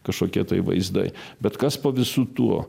kažkokie tai vaizdai bet kas po visu tuo